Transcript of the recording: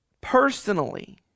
personally